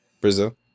Brazil